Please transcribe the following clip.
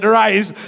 rise